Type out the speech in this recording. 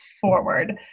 forward